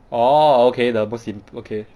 orh okay that [one] seem okay